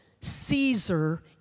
Caesar